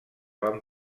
van